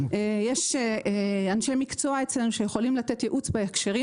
יש אצלנו אנשי מקצוע שיכולים לתת ייעוץ בהקשרים